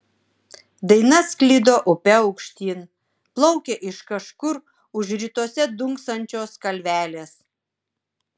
daina sklido upe aukštyn plaukė iš kažkur už rytuose dunksančios kalvelės